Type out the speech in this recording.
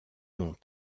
dont